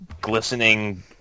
glistening